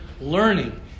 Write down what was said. learning